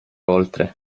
oltre